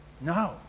No